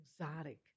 exotic